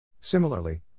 Similarly